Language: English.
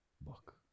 book